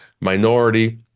minority